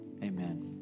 Amen